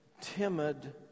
timid